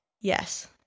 Yes